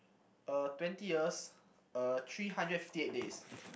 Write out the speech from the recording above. uh twenty years uh three hundred fifty eight days